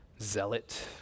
zealot